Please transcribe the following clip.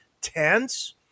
tense